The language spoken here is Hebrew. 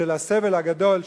של הסבל הגדול,